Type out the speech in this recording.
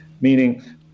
Meaning